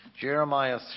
Jeremiah